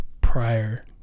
prior